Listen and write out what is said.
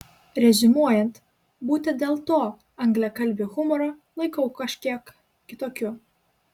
reziumuojant būtent dėl to anglakalbį humorą laikau kažkiek kitokiu